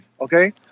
Okay